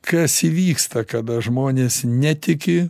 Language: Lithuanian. kas įvyksta kada žmonės netiki